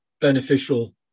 beneficial